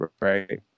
right